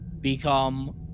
become